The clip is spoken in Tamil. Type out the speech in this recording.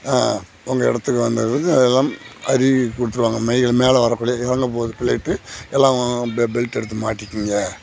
உங்கள் இடத்துக்கு வந்தது எல்லாம் அறிவிப்பு கொடுத்துருவாங்க மைக்கில் மேலே வரக்குள்ளே இறங்க போகுது பிளைட்டு எல்லாம் அவுங்கவங்க பெ பெல்ட்டை எடுத்து மாட்டீங்கோங்க